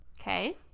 Okay